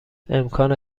امکان